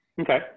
Okay